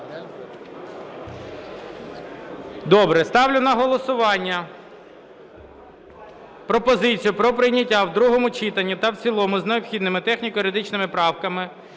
Добре. Ставлю на голосування пропозицію про прийняття в другому читанні та в цілому з необхідними техніко-юридичними правками